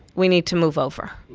we need to move over.